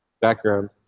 background